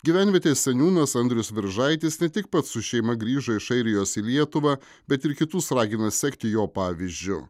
gyvenvietės seniūnas andrius viržaitis ne tik pats su šeima grįžo iš airijos į lietuvą bet ir kitus ragina sekti jo pavyzdžiu